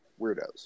weirdos